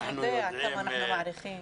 הוא יודע כמה אנחנו מעריכים.